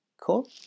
Cool